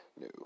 No